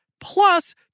plus